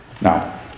Now